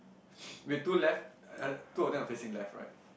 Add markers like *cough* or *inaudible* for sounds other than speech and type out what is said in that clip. *noise* wait two left uh two of them are facing left right